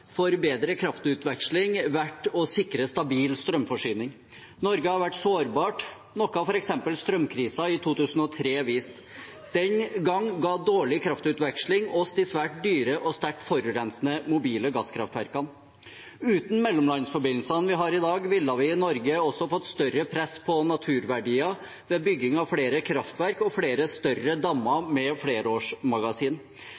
for bedre kraftutveksling vært å sikre stabil strømforsyning. Norge har vært sårbart, noe f.eks. strømkrisen i 2003 viste. Den gang ga dårlig kraftutveksling oss de svært dyre og sterkt forurensende mobile gasskraftverkene. Uten mellomlandsforbindelsene vi har i dag, ville vi i Norge også fått større press på naturverdier ved bygging av flere kraftverk og flere større